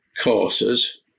courses